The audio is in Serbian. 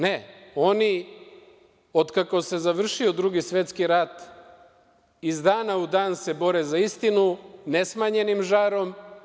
Ne, oni se, od kako se završio Drugi svetski rat, iz dana u dan bore za istinu, ne smanjenim žarom.